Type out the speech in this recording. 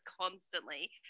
constantly